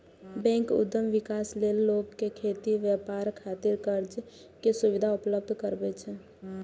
bank उद्यम विकास लेल लोक कें खेती, व्यापार खातिर कर्ज के सुविधा उपलब्ध करबै छै